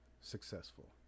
successful